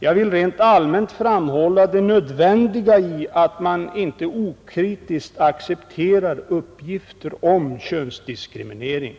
Jag vill rent allmänt framhålla det nödvändiga i att man inte okritiskt accepterar uppgifter om könsdiskriminering.